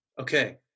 okay